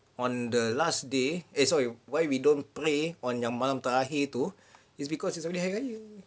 on the last day eh sorry why we don't pray on yang malam terakhir itu is because only hari raya